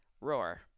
Roar